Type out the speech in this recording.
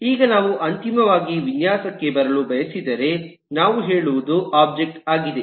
ಈಗ ನಾವು ಅಂತಿಮವಾಗಿ ವಿನ್ಯಾಸಕ್ಕೆ ಬರಲು ಬಯಸಿದರೆ ನಾವು ಹೇಳುವುದು ಒಬ್ಜೆಕ್ಟ್ ಆಗಿದೆ